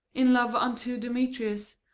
in love unto demetrius,